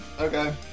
okay